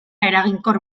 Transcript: eraginkor